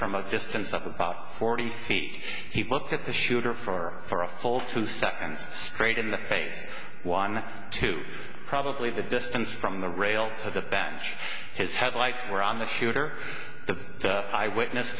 from a distance of about forty feet he looked at the shooter for a full two seconds straight in the face one two probably the distance from the rail to the bench his head lights were on the shooter the eyewitness